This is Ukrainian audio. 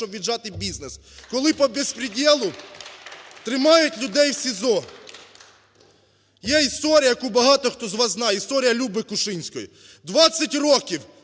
щоб віджати бізнес. (Оплески) Коли побезпрєдєлу тримають людей в СІЗО. Є історія, яку багато хто з вас знає, історія Люби Кушинської. 20 років